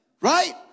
Right